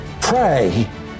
Pray